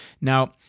Now